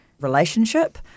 relationship